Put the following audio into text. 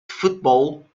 football